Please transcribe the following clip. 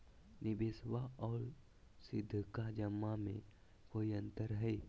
निबेसबा आर सीधका जमा मे कोइ अंतर हय?